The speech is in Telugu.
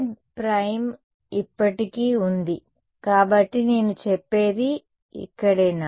dz ప్రైమ్ ఇప్పటికీ ఉంది కాబట్టి నేను చెప్పేది ఇక్కడేనా